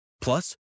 Plus